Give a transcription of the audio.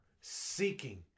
seeking